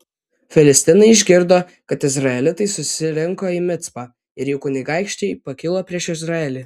filistinai išgirdo kad izraelitai susirinko į micpą ir jų kunigaikščiai pakilo prieš izraelį